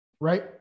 right